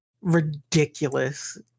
ridiculous